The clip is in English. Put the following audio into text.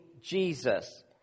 Jesus